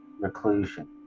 reclusion